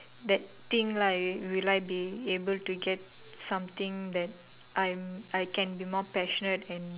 that thing lah will I be able to get something that I'm I can be more passionate and